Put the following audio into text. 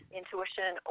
intuition